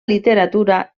literatura